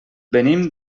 venim